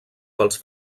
pels